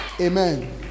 Amen